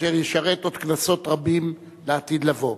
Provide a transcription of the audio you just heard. אשר ישרת עוד כנסות רבות לעתיד לבוא.